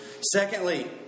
Secondly